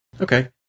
Okay